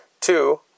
two